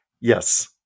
Yes